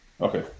Okay